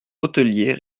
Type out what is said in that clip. hôteliers